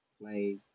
play